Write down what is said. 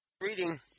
reading